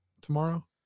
tomorrow